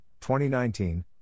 2019